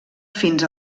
fins